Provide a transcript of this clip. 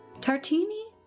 Tartini